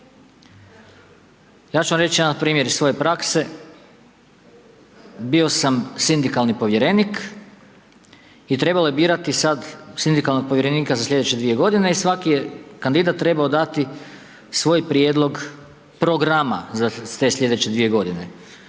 Ja ću vam reći jedan primjer iz svoje prakse, bio sam sindikalni povjerenik i trebalo je birati sad sindikalnog povjerenika za slijedeće dvije godine i svaki je kandidat trebao dati svoj prijedlog programa za te slijedeće dvije godine.